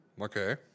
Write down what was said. Okay